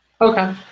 Okay